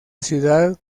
ciudad